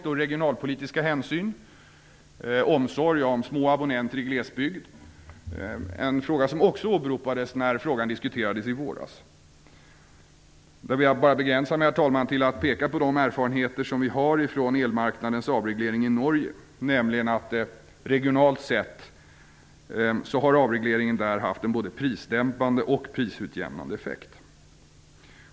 De regionalpolitiska hänsynen kvarstår. Omsorgen om de små abonnenterna i glesbygd åberopades också när frågan diskuterades i våras. Jag vill begränsa mig, herr talman, till att peka på erfarenheterna från elmarknadens avreglering i Norge. Regionalt sett har avregleringen haft både prisdämpande och prisutjämnande effekt.